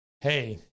hey